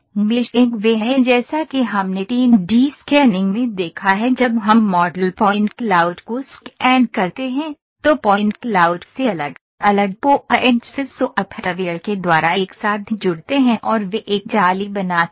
meshing वह है जैसा कि हमने 3D स्कैनिंग में देखा है जब हम मॉडल पॉइंट क्लाउड को स्कैन करते हैं तो पॉइंट क्लाउड से अलग अलग पॉइंट्स सॉफ्टवेयर के द्वारा एक साथ जुड़ते हैं और वे एक जाली बनाते हैं